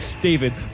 David